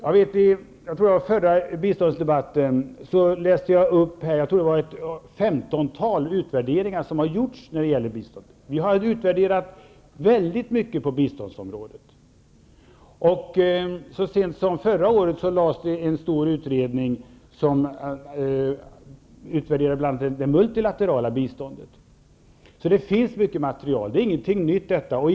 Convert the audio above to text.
Under förra biståndsdebatten räknade jag upp ett femtontal utvärderingar som har gjorts när det gäller biståndet. Man har utvärderat väldigt mycket på biståndsområdet. Så sent som förra året presenterades en stor utredning om bl.a. det multilaterala biståndet. Det finns mycket material, så detta är inte något nytt förslag.